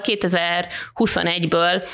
2021-ből